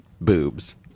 boobs